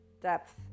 depth